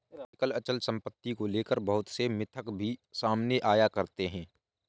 आजकल अचल सम्पत्ति को लेकर बहुत से मिथक भी सामने आया करते हैं